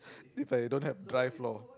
if I don't have dry floor